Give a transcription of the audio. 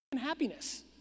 happiness